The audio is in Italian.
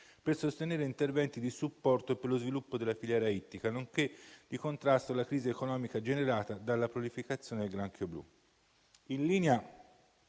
per sostenere interventi di supporto e per lo sviluppo della filiera ittica, nonché di contrasto alla crisi economica generata dalla proliferazione del granchio blu.